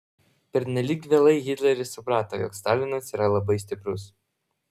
pernelyg vėlai hitleris suprato jog stalinas yra labai stiprus